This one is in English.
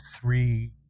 three